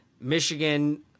Michigan